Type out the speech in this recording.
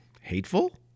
hateful